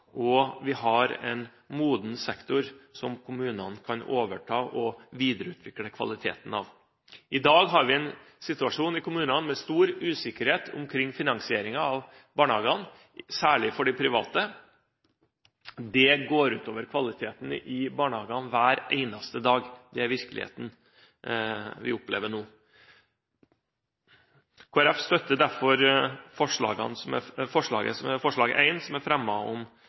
og vi har en moden sektor som kommunene kan overta og videreutvikle kvaliteten på. I dag har vi en situasjon i kommunene med stor usikkerhet omkring finansieringen av barnehagene, særlig for de private. Det går ut over kvaliteten i barnehagene hver eneste dag. Det er virkeligheten vi opplever nå. Kristelig Folkeparti støtter derfor forslag nr. 1 som er fremmet, om